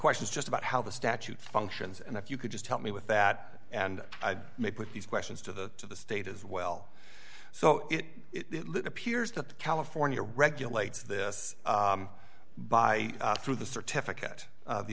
questions just about how the statute functions and if you could just help me with that and i may put these questions to the to the state as well so it appears that the california regulates this by through the certificate of the